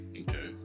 Okay